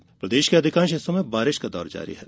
मौसम प्रदेश के अधिकांश हिस्सों में बारिश का दौर जारी है